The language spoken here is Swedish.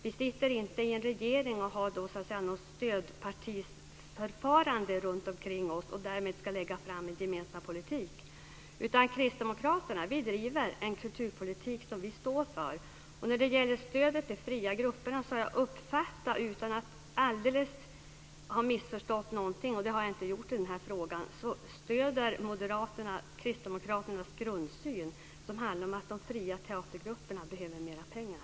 Vi sitter inte i en regering och har inget förfarande med stödpartier omkring oss. Därför behöver vi inte heller lägga fram en gemensam politik. Kristdemokraterna driver en kulturpolitik som vi står för. När det gäller stödet till de fria grupperna har jag uppfattat, om jag inte alldeles har missförstått någonting - och det har jag inte gjort i den här frågan - att Moderaterna stöder Kristdemokraternas grundsyn, som handlar om att de fria teatergrupperna behöver mer pengar.